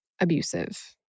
abusive